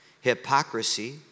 hypocrisy